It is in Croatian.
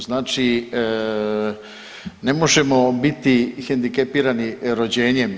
Znači ne možemo biti hendikepirani rođenjem.